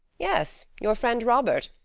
yes, your friend robert.